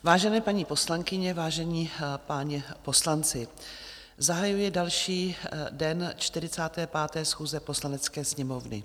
Vážené paní poslankyně, vážení páni poslanci, zahajuji další den 45. schůze Poslanecké sněmovny.